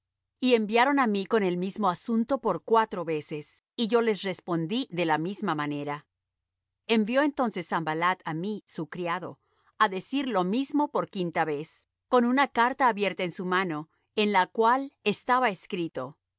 y enviaron á mí con el mismo asunto por cuatro veces y yo les respondí de la misma manera envió entonces sanballat á mí su criado á decir lo mismo por quinta vez con una carta abierta en su mano en la cual estaba escrito